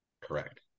correct